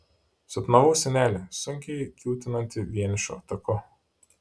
sapnavau senelį sunkiai kiūtinantį vienišu taku